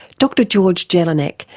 dr george jelinek,